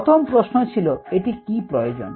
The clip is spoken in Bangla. প্রথম প্রশ্ন ছিলো এটি কি প্রয়োজন